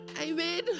Amen